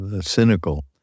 cynical